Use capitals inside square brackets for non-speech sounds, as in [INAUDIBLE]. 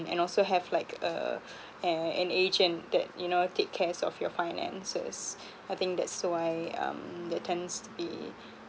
and also have like a [BREATH] an an agent that you know take cares of your finances [BREATH] I think that's why um there tends to be